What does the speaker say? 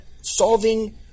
solving